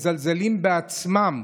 מזלזלים בעצמם.